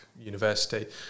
university